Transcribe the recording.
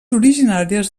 originàries